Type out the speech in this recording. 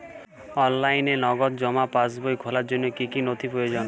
অনলাইনে নগদ জমা পাসবই খোলার জন্য কী কী নথি প্রয়োজন?